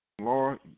Lord